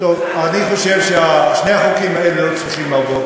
אני חושב ששני החוקים האלה לא צריכים לעבור,